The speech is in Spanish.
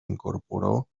incorporó